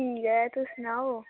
ठीक ऐ तुस सनाओ